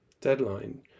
deadline